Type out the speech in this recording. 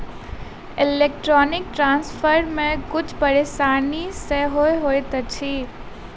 electronic transfer मे किछु परेशानी सेहो होइत अछि